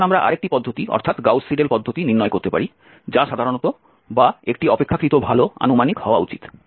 এখন আমরা আরেকটি পদ্ধতি অর্থাৎ গাউস সিডেল পদ্ধতি নির্ণয় করতে পারি যা সাধারণত বা একটি অপেক্ষাকৃত ভাল আনুমানিক হওয়া উচিত